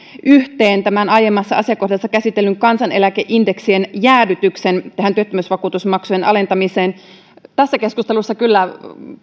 yhteen aiemmassa asiakohdassa käsitellyn kansaneläkeindeksien jäädytyksen tämän työttömyysvakuutusmaksujen alentamisen kanssa tässä keskustelussa kyllä